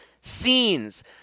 scenes